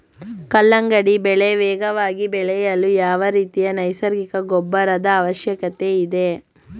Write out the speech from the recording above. ಕಲ್ಲಂಗಡಿ ಬೆಳೆ ವೇಗವಾಗಿ ಬೆಳೆಯಲು ಯಾವ ರೀತಿಯ ನೈಸರ್ಗಿಕ ಗೊಬ್ಬರದ ಅವಶ್ಯಕತೆ ಇದೆ?